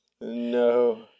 No